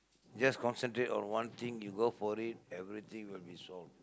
just concentrate on one thing you go for it everything will be solved